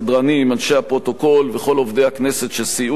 אנשי הפרוטוקול וכל עובדי הכנסת שסייעו לנו.